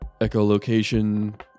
echolocation